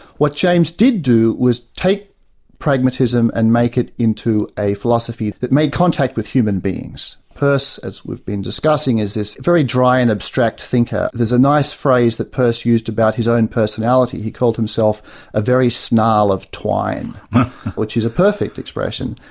what james did do was take pragmatism and make it into a philosophy that made contact with human beings. peirce, as we've been discussing, is this very dry and abstract thinker. there's a nice phrase that peirce used about his own personality. he called himself a very snarl of twine which is a perfect expression.